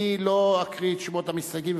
אני לא אקריא את שמות המסתייגים,